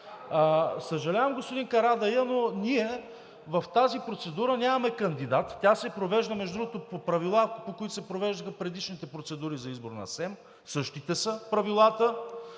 Съжалявам, господин Карадайъ, но ние в тази процедура нямаме кандидат. Тя се провежда, между другото, по правила, по които се провеждаха предишните процедури за избор на СЕМ, същите са правилата,